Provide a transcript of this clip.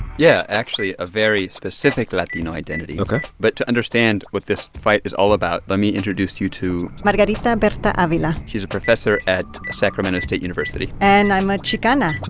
yeah. actually, a very specific latino identity ok but to understand what this fight is all about, let me introduce you to. margarita but berta-avila she's a professor at sacramento state university and i'm a chicana